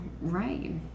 Right